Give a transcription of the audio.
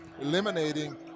eliminating